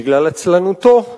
בגלל עצלנותו,